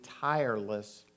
tireless